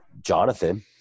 Jonathan